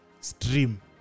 stream